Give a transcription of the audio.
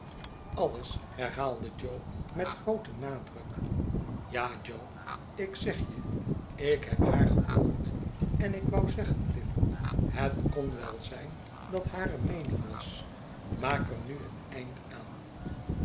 alles herhaalde jo met grooten nadruk ja jo ik zeg je ik heb haar gehoord en ik wou zeggen pip het kon wel zijn dat hare meening was maak er nu een eind aan